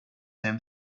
home